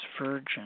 virgin